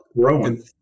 growing